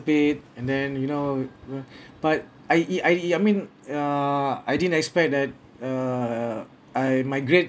and then you know but I e~ I e~ I mean ya I didn't expect that err I my grade